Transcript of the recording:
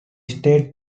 state